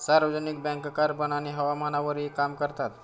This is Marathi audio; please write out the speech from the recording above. सार्वजनिक बँक कार्बन आणि हवामानावरही काम करतात